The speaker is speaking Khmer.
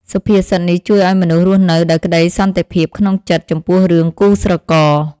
សុភាសិតនេះជួយឱ្យមនុស្សរស់នៅដោយក្ដីសន្តិភាពក្នុងចិត្ត ចំពោះរឿងគូស្រករ។